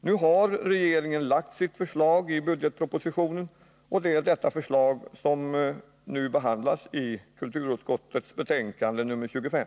Regeringen har lagt fram sitt förslag i budgetpropositionen, och det är det förslaget som nu behandlas i kulturutskottets betänkande 25.